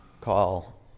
Call